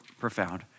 profound